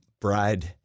bride